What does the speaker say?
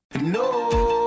No